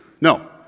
No